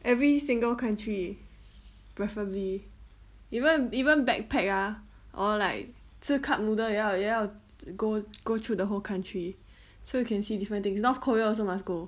every single country preferably even even backpack ah or like 吃 cup noodle 也要也要 go go through the whole country so you can see different things north korea also must go